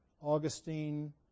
Augustine